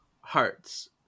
hearts